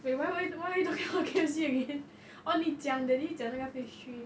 wait why why why are we talking about K_F_C again oh 你讲 daddy 讲那个 phase three